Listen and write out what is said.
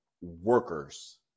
workers